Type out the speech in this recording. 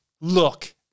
Look